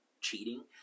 cheating